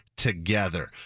together